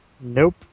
Nope